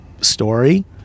story